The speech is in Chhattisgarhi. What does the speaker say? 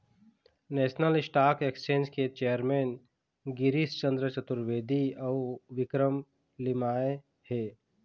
नेशनल स्टॉक एक्सचेंज के चेयरमेन गिरीस चंद्र चतुर्वेदी अउ विक्रम लिमाय हे